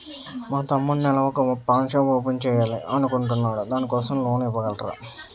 మా తమ్ముడు నెల వొక పాన్ షాప్ ఓపెన్ చేయాలి అనుకుంటునాడు దాని కోసం లోన్ ఇవగలరా?